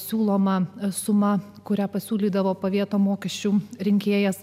siūloma suma kurią pasiūlydavo pavieto mokesčių rinkėjas